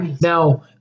Now